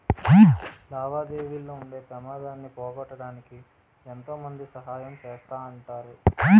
లావాదేవీల్లో ఉండే పెమాదాన్ని పోగొట్టడానికి ఎంతో మంది సహాయం చేస్తా ఉంటారు